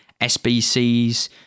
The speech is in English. SBCs